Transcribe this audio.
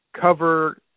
cover